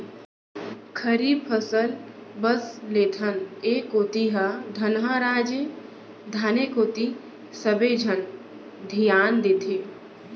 खरीफ फसल बस लेथन, ए कोती ह धनहा राज ए धाने कोती सबे झन धियान देथे